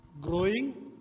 Growing